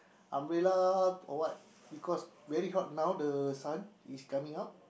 umbrella or what because very hot now the sun is coming out